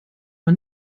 war